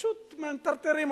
פשוט מטרטרים אותו.